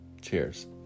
Cheers